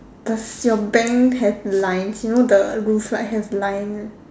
does your bank have lines you know the roof like have line